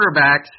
quarterbacks